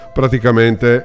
praticamente